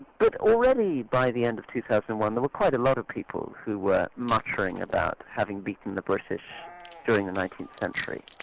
but already by the end of two thousand and one there were quite a lot of people who were muttering about having beaten the british during the nineteenth century,